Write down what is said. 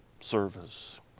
service